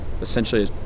essentially